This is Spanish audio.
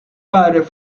padres